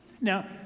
Now